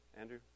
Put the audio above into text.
Andrew